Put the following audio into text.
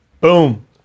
Boom